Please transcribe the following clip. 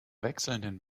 wechselnden